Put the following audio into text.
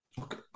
Okay